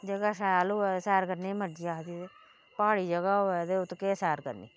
जगह शैल होवे सैर करने दी मर्जी आखदी ते प्हाड़ी जगह होवे ते उत्त केह् सैर करनी